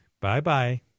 Bye-bye